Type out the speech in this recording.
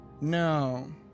No